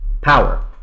Power